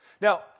Now